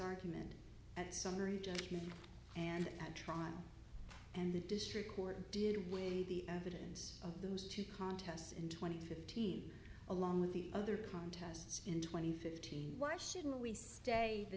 argument at summary judgment and trial and the district court did weigh the evidence of those two contests in twenty fifteen along with the other contests in twenty fifty why shouldn't we stay the